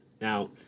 Now